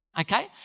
okay